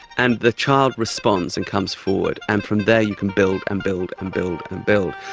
and the child responds and comes forward, and from there you can build and build and build and build.